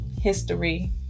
history